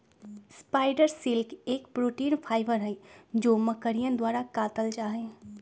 spider silk एक protein fibre हई जो मकड़ियन द्वारा कातल जाहई